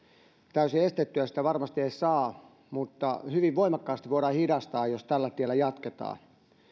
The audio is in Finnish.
täysin estettyä sitä varmasti ei saa mutta hyvin voimakkaasti voidaan hidastaa jos tällä tiellä jatketaan